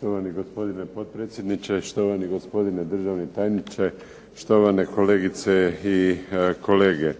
Štovani gospodine potpredsjedniče, štovani gospodine državni tajniče, štovane kolegice i kolege.